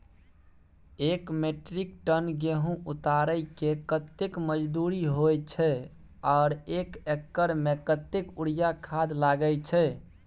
एक metric tonne गेहूं उतारेके कतेक मजदूरी होय छै आर एक एकर में कतेक यूरिया खाद लागे छै?